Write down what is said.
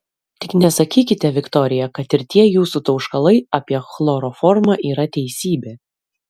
tik nesakykite viktorija kad ir tie jūsų tauškalai apie chloroformą yra teisybė